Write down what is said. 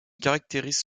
caractérisent